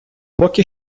поки